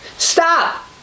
Stop